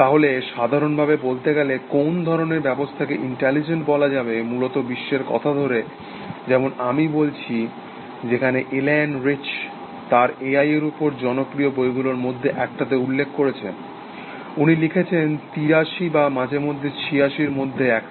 তাহলে সাধারণভাবে বলতে গেলে কোন ধরণের ব্যবস্থাকে ইন্টেলিজেন্ট বলা যাবে মূলত বিশ্বের কথা ধরে যেমন আমি বলেছি যখন এলানে রিচ তার এআই এর ওপর জনপ্রিয় বইগুলোর মধ্যে একটাতে উল্লেখ করেছেন উনি লিখেছেন তিরাশি বা মাঝেমধ্যে ছিয়াশির মধ্যে একটা